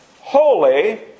holy